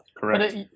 Correct